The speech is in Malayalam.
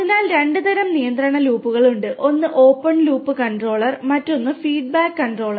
അതിനാൽ രണ്ട് തരം നിയന്ത്രണ ലൂപ്പുകൾ ഉണ്ട് ഒന്ന് ഓപ്പൺ ലൂപ്പ് കൺട്രോൾ